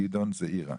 גדעון זעירא.